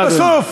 אבל בסוף,